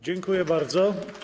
Dziękuję bardzo.